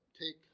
take